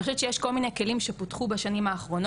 אני חושבת שיש כל מיני כלים שפותחו בשנים האחרונות,